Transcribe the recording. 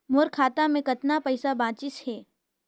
मोर खाता मे कतना पइसा बाचिस हे?